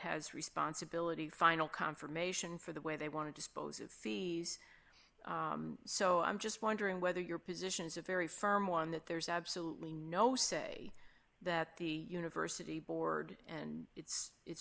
has responsibility final confirmation for the way they want to dispose of fees so i'm just wondering whether your position is a very firm one that there's absolutely no say that the university board and its it